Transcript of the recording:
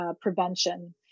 prevention